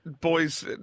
boys